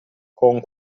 con